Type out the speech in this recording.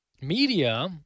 media